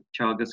Chagas